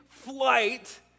flight